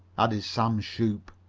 added sam shoop.